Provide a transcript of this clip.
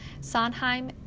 Sondheim